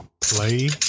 play